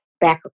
back